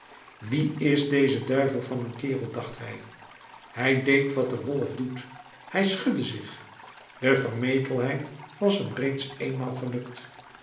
wie is deze duivel van een kerel dacht hij hij deed wat de wolf doet hij schudde zich de vermetelheid was hem reeds eenmaal gelukt